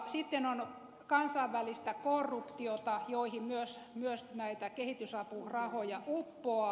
sitten on kansainvälistä korruptiota johon myös näitä kehitysapurahoja uppoaa